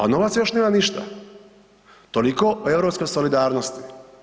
A novac još nema ništa, toliko o europskoj solidarnosti.